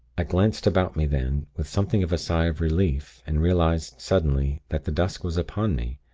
i glanced about me then, with something of a sigh of relief, and realized suddenly that the dusk was upon me,